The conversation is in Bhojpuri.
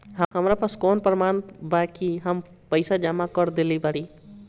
हमरा पास कौन प्रमाण बा कि हम पईसा जमा कर देली बारी?